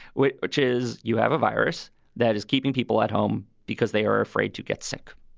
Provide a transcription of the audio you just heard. which which is you have a virus that is keeping people at home because they are afraid to get sick.